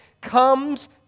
comes